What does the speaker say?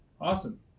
Awesome